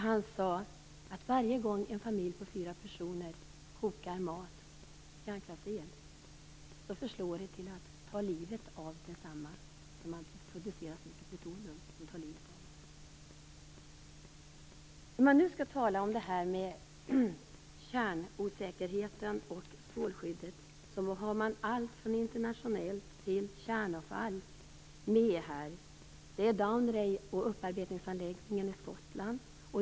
Han sade att varje gång en familj på fyra personer lagar mat med hjälp av kärnkraftsel så förslår det till att ta livet av desamma - man producerar så mycket plutonium som tar livet av dem. När man nu i betänkandet skall skriva om kärnosäkerhet och strålskyddet, gäller det allt från internationella frågor till kärnavfall. Där finns upparbetningsanläggningen Dounreay i Skottland.